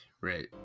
Right